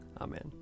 Amen